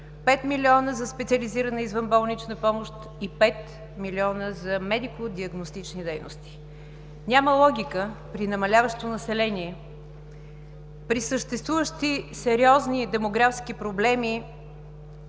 5 милиона за специализирана извънболнична помощ и 5 милиона за медико-диагностични дейности. Няма логика при намаляващо население, при съществуващи сериозни демографски проблеми